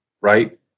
right